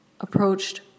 Approached